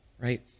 right